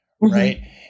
Right